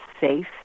safe